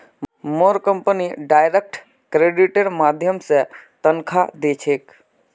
मोर company direct क्रेडिटेर माध्यम स तनख़ा दी छेक